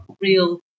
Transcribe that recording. real